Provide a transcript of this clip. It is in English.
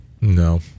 No